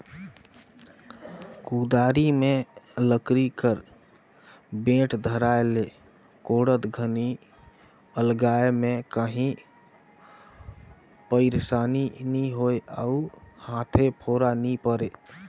कुदारी मे लकरी कर बेठ धराए ले कोड़त घनी अलगाए मे काही पइरसानी नी होए अउ हाथे फोरा नी परे